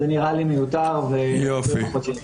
זה נראה לי מיותר והרבה פחות יעיל.